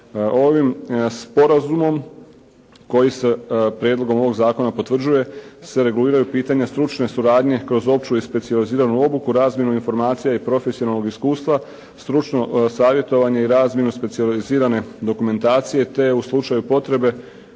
Ovim sporazumom koji se prijedlogom ovog zakona potvrđuje se reguliraju pitanja stručne suradnje kroz opću i specijaliziranu obuku, razmjenu informacija i profesionalnog iskustva, stručno savjetovanje i razmjenu specijalizirane dokumentacije te u slučaju potrebe